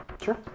Sure